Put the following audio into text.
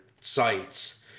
sites